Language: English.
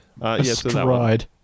Astride